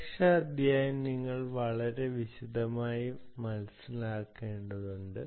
സുരക്ഷാ അധ്യായം നിങ്ങൾ വളരെ വിശദമായി മനസിലാക്കേണ്ടതാണ്